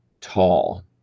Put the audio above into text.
tall